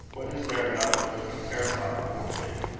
what is there about the room to terrify the poor thing?